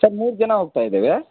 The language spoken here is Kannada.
ಸರ್ ಮೂರು ಜನ ಹೋಗ್ತಾ ಇದ್ದೇವೆ